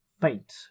Faint